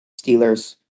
Steelers